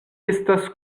estas